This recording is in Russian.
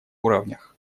уровнях